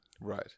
Right